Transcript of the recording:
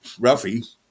Ruffy